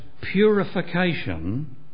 purification